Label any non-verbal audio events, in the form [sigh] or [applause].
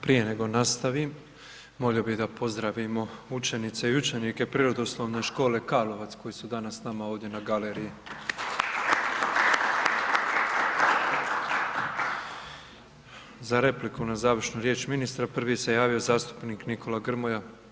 Prije nego nastavim, molio bih da pozdravimo učenice i učenike Prirodoslovne škole Karlovac, koji su danas s nama ovdje na galeriji. … [applause] Za repliku na završnu riječ ministra, prvi se javio zastupnik Nikola Grmoja.